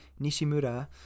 Nishimura